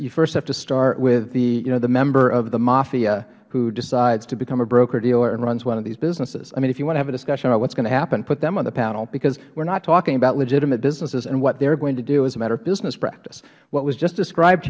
you first have to start with the member of the mafia who decides to become a brokerdealer and runs one of these businesses i mean if you want to have a discussion about what's going to happen put them on the panel because we're not talking about legitimate businesses and what they're going to do as a matter of business practice what was just described